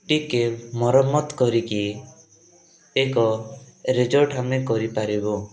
ଟିକେ ମରାମତ କରିକି ଏକ ରିସୋର୍ଟ ଆମେ କରିପାରିବୁ